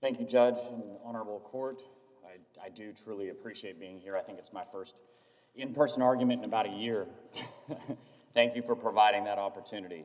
thank you judge honorable court i do truly appreciate being here i think it's my st in person argument about a year and thank you for providing that opportunity